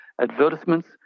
advertisements